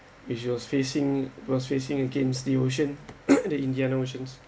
is yours facing was facing against the ocean the indian oceans